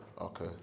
Okay